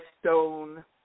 stone